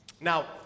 Now